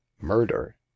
murder